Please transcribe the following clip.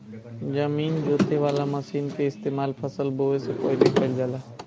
जमीन जोते वाला मशीन के इस्तेमाल फसल बोवे से पहिले कइल जाला